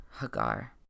Hagar